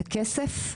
בכסף?